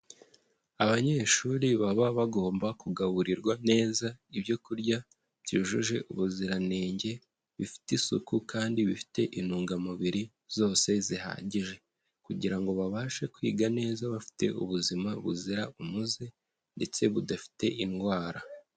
Abanyeshuri baba bagomba kugaburirwa neza ibyo kurya byujuje ubuziranenge, bifite isuku kandi bifite intungamubiri zose zihagije, kugira ngo babashe kwiga neza bafite ubuzima buzira umuze ndetse budafite indwara.